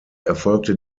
erfolgte